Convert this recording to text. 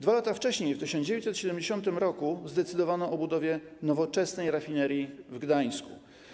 2 lata wcześniej, w 1970 r. zdecydowano o budowie nowoczesnej rafinerii w Gdańsku.